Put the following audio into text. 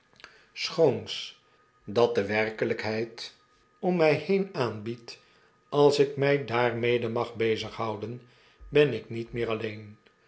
schoons dat de werkelijkheid om mij heen aanbiedt als ik mij daarme'de mag bezighouden ben ik niet meer alleen